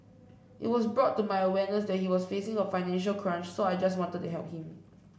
it was brought to my awareness that he was facing a financial crunch so I just wanted to help him